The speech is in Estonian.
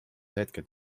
hetked